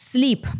Sleep